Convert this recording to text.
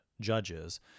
Judges